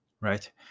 Right